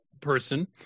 person